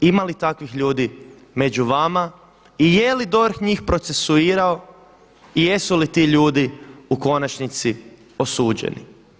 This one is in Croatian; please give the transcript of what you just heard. Ima li takvih ljudi među vama i je li DORH njih procesuirao i jesu li ti ljudi u konačnici osuđeni?